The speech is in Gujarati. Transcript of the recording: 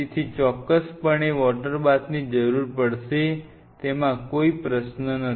તેથી ચોક્કસપણે વોટરબાથની જરૂર પડશે તેમાં કોઈ પ્રશ્ન નથી